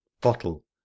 Bottle